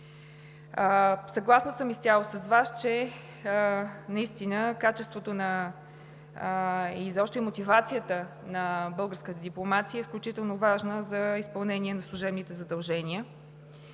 Съгласна съм изцяло с Вас, че качеството и мотивацията на българската дипломация е изключително важна за изпълнение на служебните задължения.